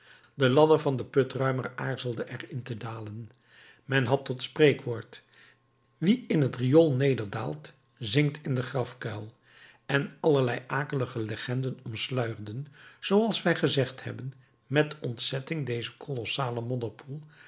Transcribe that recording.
de ladder van den putruimer aarzelde er in te dalen men had tot spreekwoord wie in het riool nederdaalt zinkt in den grafkuil en allerlei akelige legenden omsluierden zooals wij gezegd hebben met ontzetting